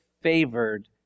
favored